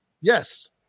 yes